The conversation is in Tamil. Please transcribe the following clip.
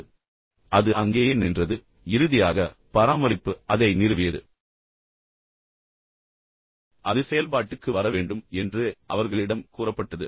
எனவே அது அங்கேயே நின்றது பின்னர் இறுதியாக பராமரிப்பு அதை நிறுவியது எனவே அது செயல்பாட்டுக்கு வர வேண்டும் என்று அவர்களிடம் கூறப்பட்டது